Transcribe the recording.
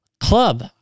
club